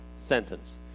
sentence